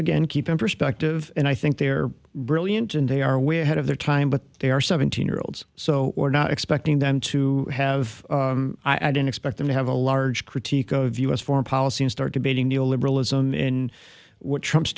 again keep in perspective and i think they're brilliant and they are way ahead of their time but they are seventeen year olds so we're not expecting them to have i don't expect them to have a large critique of us foreign policy and start debating neoliberalism in what trumps